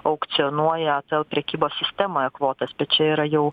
aukcionuoja vėl prekybos sistemoje kvotas čia yra jau